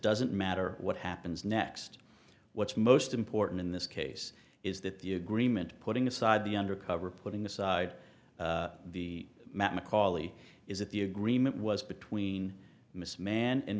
doesn't matter what happens next what's most important in this case is that the agreement putting aside the undercover putting aside the mcauley is that the agreement was between m